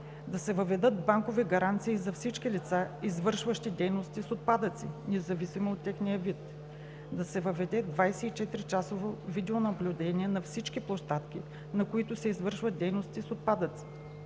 да се въведат банкови гаранции за всички лица, извършващи дейности с отпадъци, независимо от техния вид; да се въведе 24-часово видеонаблюдение на всички площадки, на които се извършват дейности с отпадъци;